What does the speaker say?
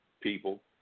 people